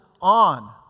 on